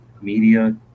media